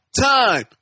time